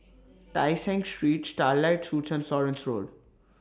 Tai Seng Street Starlight Suites and Florence Road